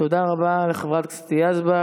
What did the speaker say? תודה רבה לחברת הכנסת יזבק.